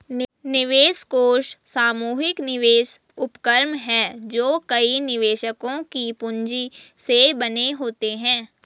निवेश कोष सामूहिक निवेश उपक्रम हैं जो कई निवेशकों की पूंजी से बने होते हैं